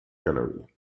gallery